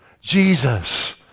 jesus